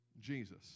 jesus